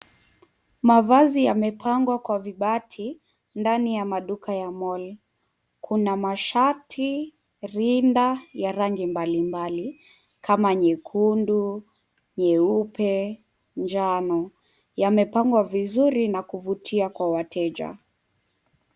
Mavazi yamepangwa kwa vibati ndani ya maduka ya Mall kuna mashati, rinda ya rangi mbali mbali kama nyekundu, nyeupe, njano yamepangwa vizuri na kuvutia kwa wateja.